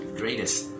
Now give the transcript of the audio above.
greatest